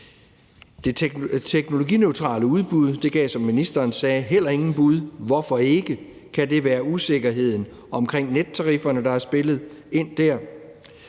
Det teknologineutrale udbud gav, som ministeren sagde, heller inden bud. Hvorfor ikke? Kan det være usikkerheden omkring nettarifferne, der har spillet ind der?